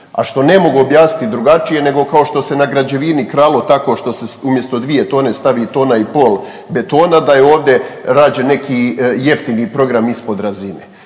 a što ne mogu objasniti drugačije nego kao što se na građevini kralo tako što se umjesto dvije tone stavi tona i pol betona da je ovdje rađen neki jeftini program ispod razine.